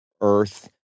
earth